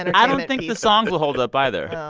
and i don't think the songs will hold up, either.